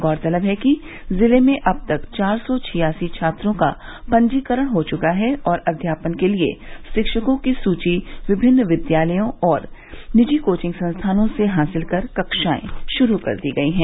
गौरतलब है कि जिले में अब तक चार सौ छियासी छात्रों का पंजीकरण हो चुका है और अध्यापन के लिए शिक्षकों की सूची विभिन्न विद्यालयों और निजी कोचिंग संस्थानों से हासिल कर कक्षाएं शुरू कर दी गई हैं